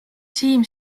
siim